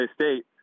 State